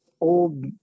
old